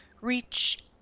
reach